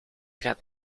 gaat